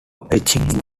etching